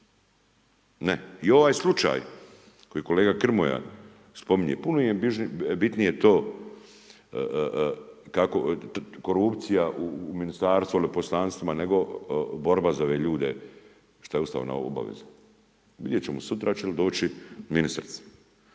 ne. I ovaj slučaj koji kolega Grmoja spominje puno je bitnije to kako korupcija u ministarstvu, veleposlanstvima nego borba za ove ljude što je ustavna obaveze. Vidjet ćemo sutra jel' će doći ministrica.